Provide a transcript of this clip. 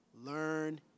Learn